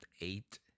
eight